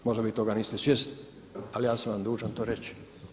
Možda vi toga niste svjesni, ali ja sam vam dužan to reći.